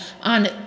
on